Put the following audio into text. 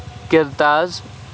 کِرتاز